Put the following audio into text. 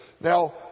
Now